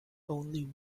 only